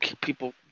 people